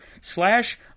slash